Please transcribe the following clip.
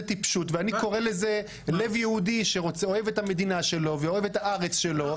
טיפשות ואני קורא לזה לב יהודי שאוהב את המדינה שלו ואת הארץ שלו,